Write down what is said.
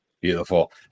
beautiful